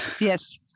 Yes